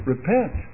Repent